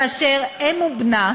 כאשר אם ובנה